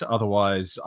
Otherwise